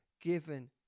given